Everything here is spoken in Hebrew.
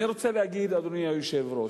אני רוצה להגיד, אדוני היושב-ראש,